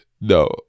no